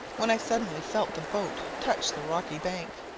when i suddenly felt the boat touch the rocky bank,